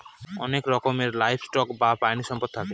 অনেক রকমের livestock বা প্রানীসম্পদ থাকে